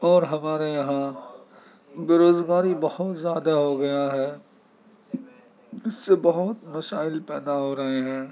اور ہمارے یہاں بےروزگاری بہت زیادہ ہو گیا ہے اس سے بہت مسائل پیدا ہو رہے ہیں